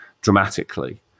dramatically